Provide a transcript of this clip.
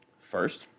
First